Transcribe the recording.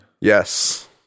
Yes